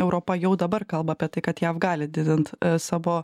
europa jau dabar kalba apie tai kad jav gali didint savo